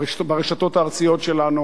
ברשתות הארציות שלנו.